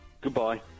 Goodbye